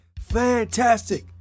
fantastic